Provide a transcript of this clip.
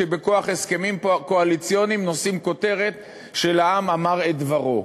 שבכוח הסכמים קואליציוניים נושאים כותרת של "העם אמר את דברו".